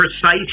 precise